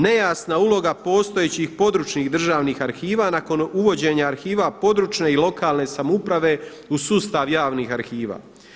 Nejasna uloga postojećih područnih državnih arhiva nakon uvođenja arhiva područne i lokalne samouprave u sustav javnih arhiva.